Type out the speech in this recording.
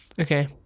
Okay